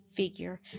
figure